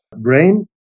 brain